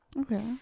okay